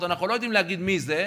אנחנו לא יודעים להגיד מי זה,